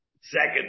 Second